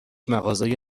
مغازه